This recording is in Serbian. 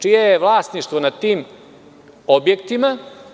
Čije je vlasništvo nad tim objektima.